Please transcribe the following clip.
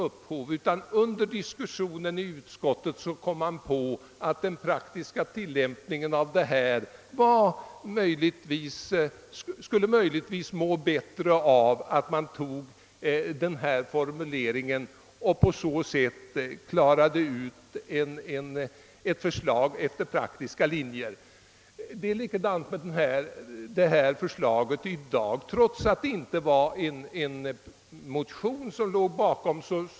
Under diskussionen i utskottet kom man emellertid fram till att en annan formulering vore bättre för den praktiska tillämpningen. Förslaget i reservationen 2 i detta utlåtande har heller inte kommit fram genom någon motion.